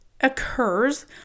occurs